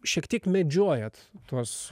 šiek tiek medžiojat tuos